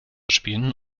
spielen